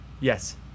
Yes